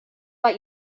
war